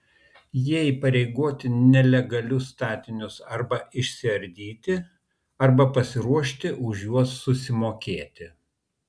jie įpareigoti nelegalius statinius arba išsiardyti arba pasiruošti už juos susimokėti